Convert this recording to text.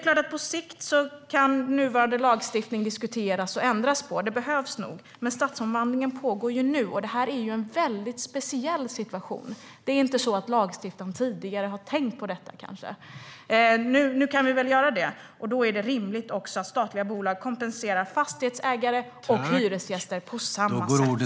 På sikt kan nuvarande lagstiftning diskuteras och ändras på - det behövs nog - men stadsomvandlingen pågår nu, och det här är en väldigt speciell situation. Lagstiftarna har kanske tidigare inte tänkt på detta, men nu kan vi göra det. Då är det rimligt att statliga bolag kompenserar fastighetsägare och hyresgäster på samma sätt.